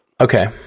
Okay